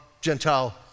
Gentile